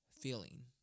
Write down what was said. feeling